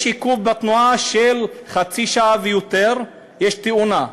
יש עיכוב בתנועה של חצי שעה ויותר, יש תאונה.